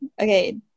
Okay